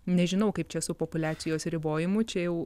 nežinau kaip čia su populiacijos ribojimu čia jau